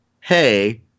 hey